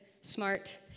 smart